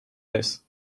this